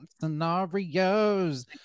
scenarios